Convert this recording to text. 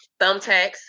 thumbtacks